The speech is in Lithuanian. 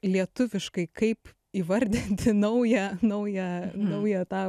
lietuviškai kaip įvardinti naują naują naują tą